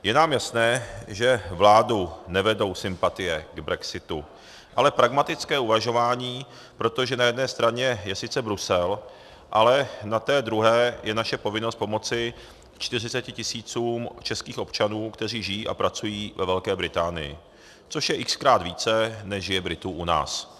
Je nám jasné, že vládu nevedou sympatie k brexitu, ale pragmatické uvažování, protože na jedné straně je sice Brusel, ale na té druhé je naše povinnost pomoci 40 tisícům českých občanů, kteří žijí a pracují ve Velké Británii, což je xkrát více, než je Britů u nás.